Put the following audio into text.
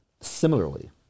similarly